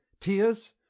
Tears